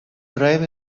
drive